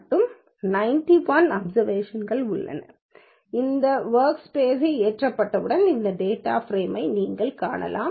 உங்கள் வொர்க்ஸ்பேஸ்ல் ஏற்றப்பட்டவுடன் டேட்டா ப்ரேமை நீங்கள் காணலாம்